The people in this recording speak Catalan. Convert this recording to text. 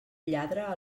lladra